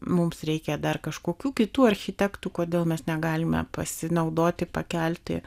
mums reikia dar kažkokių kitų architektų kodėl mes negalime pasinaudoti pakelti